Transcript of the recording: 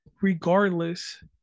regardless